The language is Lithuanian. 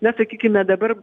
na sakykime dabar